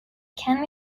ken